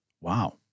Wow